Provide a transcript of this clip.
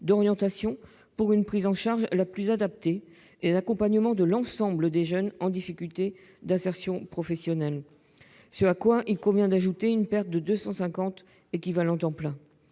d'orientation pour une prise en charge la plus adaptée et l'accompagnement de l'ensemble des jeunes en difficulté d'insertion professionnelle. Ce à quoi il convient d'ajouter une perte de 250 équivalents temps plein.